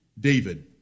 David